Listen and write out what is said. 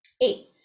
eight